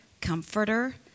comforter